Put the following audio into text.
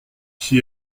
qui